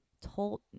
Told